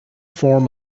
form